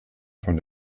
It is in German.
von